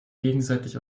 gegenseitig